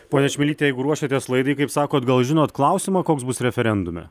ponia čmilyte jeigu ruošėtės laidai kaip sakot gal žinot klausimą koks bus referendume